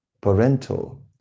parental